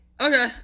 Okay